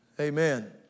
amen